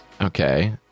Okay